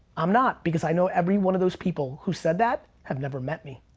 i'm not because i know everyone of those people who said that, have never met me.